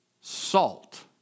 Salt